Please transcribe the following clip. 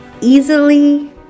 easily